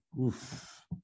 Oof